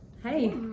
Hey